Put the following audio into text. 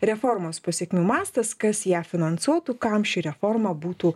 reformos pasekmių mastas kas ją finansuotų kam ši reforma būtų